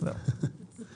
משאבי סביבה